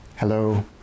Hello